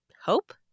hope